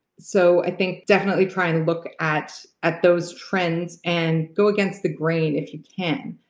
so i think definitely try and look at at those trends and go against the grain if you can,